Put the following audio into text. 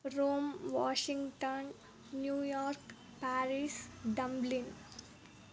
Rome Washington New York Paris dublin